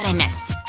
and miss?